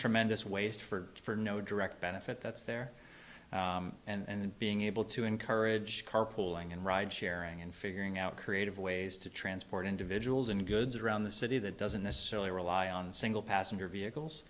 tremendous waste for no direct benefit that's there and being able to encourage carpooling and ride sharing and figuring out creative ways to transport individuals and goods around the city that doesn't necessarily rely on single passenger vehicles